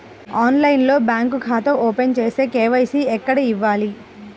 ఆన్లైన్లో బ్యాంకు ఖాతా ఓపెన్ చేస్తే, కే.వై.సి ఎక్కడ ఇవ్వాలి?